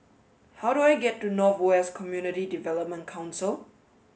how do I get to North West Community Development Council